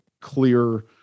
clear